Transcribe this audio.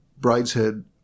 *Brideshead